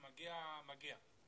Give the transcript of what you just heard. כשמגיע מגיע.